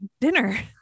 dinner